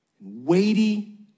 weighty